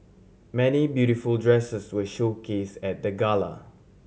many beautiful dresses were showcase at the gala